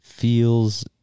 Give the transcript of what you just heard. feels